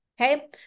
Okay